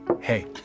Hey